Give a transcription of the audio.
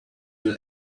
will